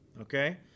Okay